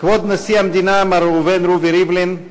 כבוד נשיא המדינה מר ראובן רובי ריבלין,